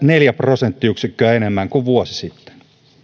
neljä prosenttiyksikköä enemmän kuin vuosi sitten